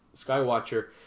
Skywatcher